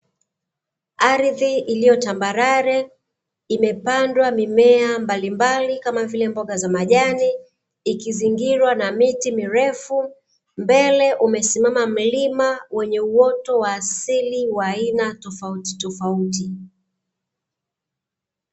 Ardhi iliyo tambarare, imepandwa mimea mbalimbali kama vile mboga za majani ikizingirwa na miti mirefu. Mbele umesimama mlima wenye uoto wa asili wa aina tofautitofauti.